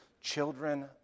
children